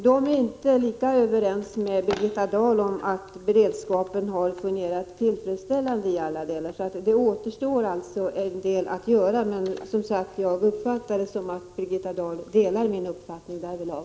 De är inte överens med Birgitta Dahl om att beredskapen har fungerat tillfredsställande i alla delar. Det återstår alltså en del att göra. Jag uppfattar det så att Birgitta Dahl delar min uppfattning därvidlag.